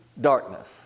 darkness